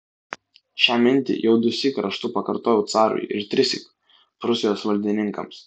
šią mintį jau dusyk raštu pakartojau carui ir trissyk prūsijos valdininkams